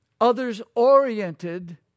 others-oriented